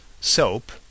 Soap